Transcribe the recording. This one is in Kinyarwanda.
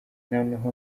noneho